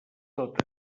tot